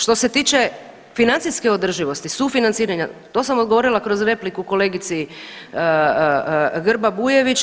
Što se tiče financijske održivosti, sufinanciranja to sam odgovorila kroz repliku kolegici Grba-Bujeviće.